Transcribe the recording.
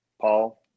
Paul